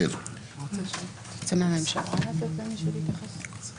באמת הממשלה תמכה בהצעת החוק.